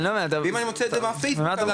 אני לא מבין דותן מה אתה מופתע?